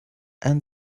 and